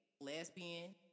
lesbian